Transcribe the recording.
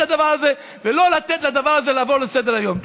הדבר הזה ולא לתת בדבר הזה לעבור לסדר-היום.